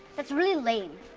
that's really lame,